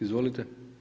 Izvolite.